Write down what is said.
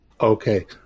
Okay